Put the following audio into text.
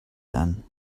then